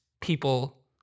people